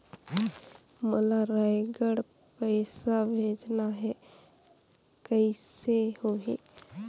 मोला रायगढ़ पइसा भेजना हैं, कइसे होही?